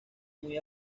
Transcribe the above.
muy